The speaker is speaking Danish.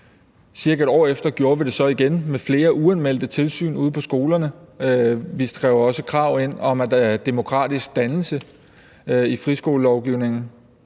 Cirka et år efter gjorde vi det så igen med flere uanmeldte tilsyn ude på skolerne. Vi skrev også krav om demokratisk dannelse ind i friskolelovgivningen.